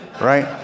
right